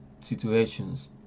situations